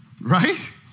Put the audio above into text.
Right